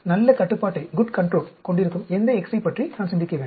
நல்ல கட்டுப்பாட்டைக் கொண்டிருக்கும் எந்த x ஐப் பற்றி நான் சிந்திக்க வேண்டும்